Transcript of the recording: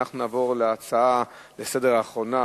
אנחנו נעבור להצעה לסדר-היום האחרונה